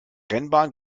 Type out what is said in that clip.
rennbahn